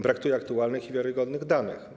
Brakuje aktualnych i wiarygodnych danych.